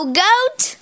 goat